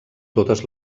totes